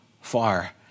FAR